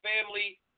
family